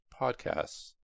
podcasts